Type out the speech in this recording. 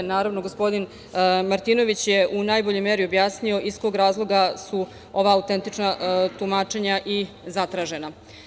Naravno, gospodin Martinović je u najboljoj meri objasnio iz kog razloga su ova autentična tumačenja i zatražena.